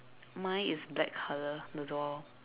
mine is black colour the door